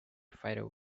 fighter